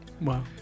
wow